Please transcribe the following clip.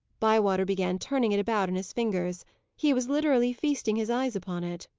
bywater began turning it about in his fingers he was literally feasting his eyes upon it.